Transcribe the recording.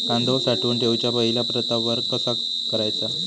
कांदो साठवून ठेवुच्या पहिला प्रतवार कसो करायचा?